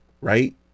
right